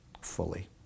fully